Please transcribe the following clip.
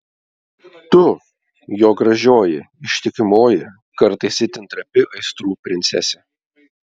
tu jo gražioji ištikimoji kartais itin trapi aistrų princesė